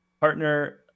partner